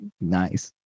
nice